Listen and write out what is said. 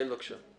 כן, בבקשה.